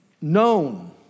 known